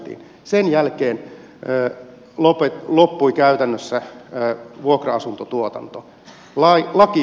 sen jälkeen loppui käytännössä vuokra asuntotuotanto